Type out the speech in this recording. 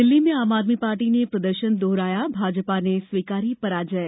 दिल्ली में आम आदमी पार्टी ने प्रदर्शन दोहराया भाजपा ने स्वीकारी पराजय